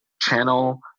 channel